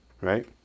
Right